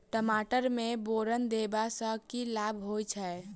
टमाटर मे बोरन देबा सँ की लाभ होइ छैय?